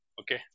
Okay